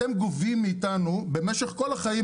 אתם גובים מאיתנו במשך כל החיים,